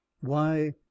Why